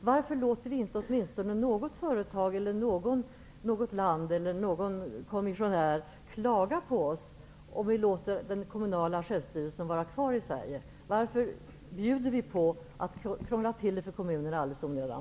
Varför inte låta något företag, något land eller någon kommissionär klaga på oss, om vi låter den kommunala självstyrelsen vara kvar i Sverige? Varför bjuder vi på att vi krånglar till det för kommunerna alldeles i onödan?